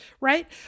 right